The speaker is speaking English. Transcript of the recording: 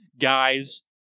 guys